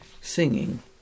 singing